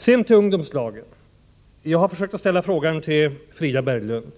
Sedan till ungdomslagen! Jag har ställt frågan till Frida Berglund,